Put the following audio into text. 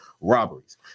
robberies